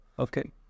okay